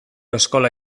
eskola